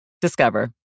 Discover